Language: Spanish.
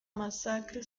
masacre